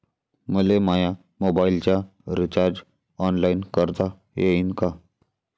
मले माया मोबाईलचा रिचार्ज ऑनलाईन करता येईन का?